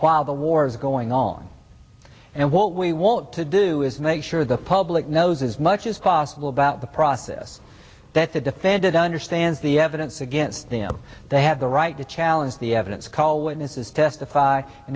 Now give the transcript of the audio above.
while the war is going on and what we want to do is make sure the public knows as much as possible about the process that the defended understands the evidence against them they have the right to challenge the evidence call witnesses testify and